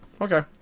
okay